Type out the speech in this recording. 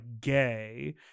gay